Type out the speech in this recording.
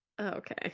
okay